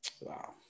Wow